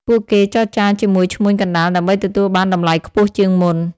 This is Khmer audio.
ពួកគេចរចាជាមួយឈ្មួញកណ្ដាលដើម្បីទទួលបានតម្លៃខ្ពស់ជាងមុន។